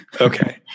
Okay